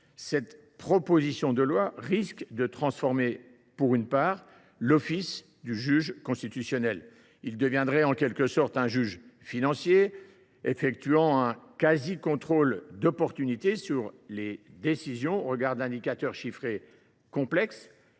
de loi constitutionnelle risque de transformer en partie l’office du juge constitutionnel : ce dernier deviendrait en quelque sorte un juge financier, exerçant un quasi contrôle d’opportunité sur les décisions, au regard d’indicateurs chiffrés complexes,